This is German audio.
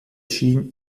schien